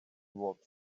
walked